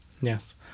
yes